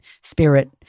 spirit